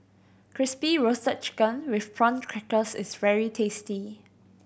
Crispy Roasted Chicken with Prawn Crackers is very tasty